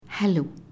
Hello